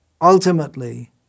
ultimately